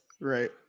Right